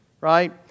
Right